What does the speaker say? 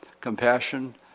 compassion